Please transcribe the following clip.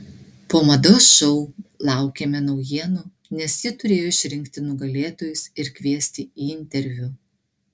po mados šou laukėme naujienų nes ji turėjo išrinkti nugalėtojus ir kviesti į interviu